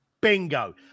Bingo